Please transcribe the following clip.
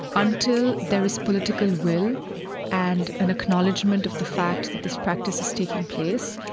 until there is political will and an acknowledgement of the fact that this practice is taking place,